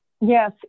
Yes